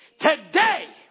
today